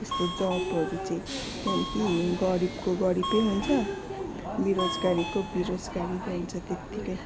त्यस्तो जबहरू चाहिँ त्यहाँदेखि गरिबको गरिबै हुन्छ बेरोजगारीको बेरोजगारी नै हुन्छ त्यत्तिकै